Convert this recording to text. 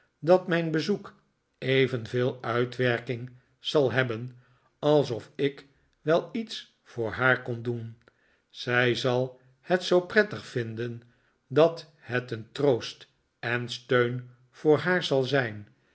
dat mijn bezoek evenveel uitwerking zal hebben alsof ik wel iets voor haar kon doen zij zal het zoo prettig vinden dat het een troost en steun voor haar zal zijn